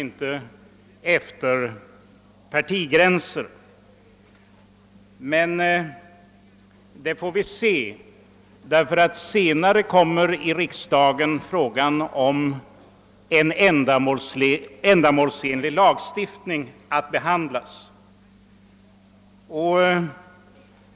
Hur det förhåller sig med den saken får vi emellertid se; senare kommer nämligen i riksdagen frågan om en ändamålsenlig lagstiftning i ämnet att behandlas.